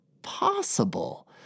possible